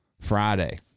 Friday